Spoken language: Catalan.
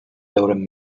veurem